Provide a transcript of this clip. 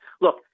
look